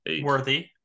worthy